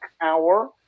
hour